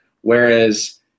Whereas